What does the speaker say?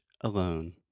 alone